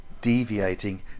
deviating